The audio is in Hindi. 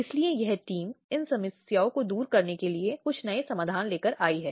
लेकिन यहाँ जो महत्वपूर्ण है वह है कि वहाँ एक घरेलू संबंध है या था जो पक्षों के बीच मौजूद है